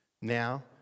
now